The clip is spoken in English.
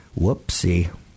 Whoopsie